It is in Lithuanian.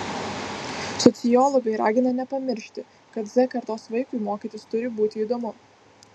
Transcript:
sociologai ragina nepamiršti kad z kartos vaikui mokytis turi būti įdomu